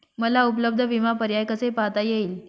मला उपलब्ध विमा पर्याय कसे पाहता येतील?